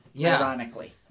Ironically